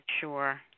sure